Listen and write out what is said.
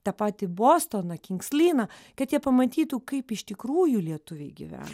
tą patį bostoną kings liną kad jie pamatytų kaip iš tikrųjų lietuviai gyvena